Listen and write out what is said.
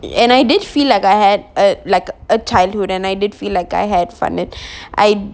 and I didn't feel like I had a like a childhood and I did feel like I had fun it I